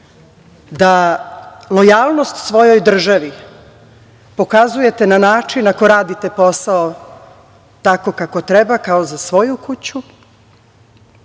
lojalnost svojoj državi pokazujete na način ako radite posao tako kako treba, kao za svoju kuću,